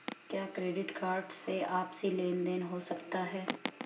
क्या credit card से आपसी लेनदेन हो सकता है?